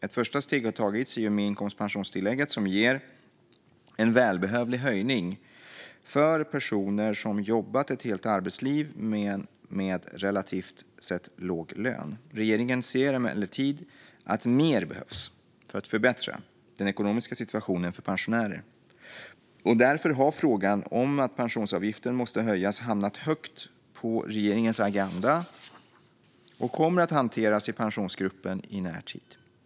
Ett första steg har tagits i och med inkomstpensionstillägget som ger en välbehövlig höjning för personer som har jobbat ett helt arbetsliv men med relativt sett låg lön. Regeringen ser emellertid att mer behövs för att förbättra den ekonomiska situationen för pensionärer, och därför har frågan om att pensionsavgiften måste höjas hamnat högt på regeringens agenda och kommer att hanteras i Pensionsgruppen i närtid.